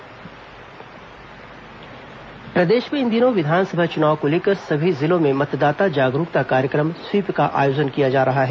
SVEEP कार्यक्रम प्रदेश में इन दिनों विधानसभा चुनाव को लेकर सभी जिलों में मतदाता जागरूकता कार्यक्रम स्वीप का आयोजन किया जा रहा है